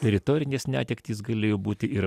teritorinės netektys galėjo būti ir